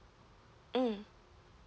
mm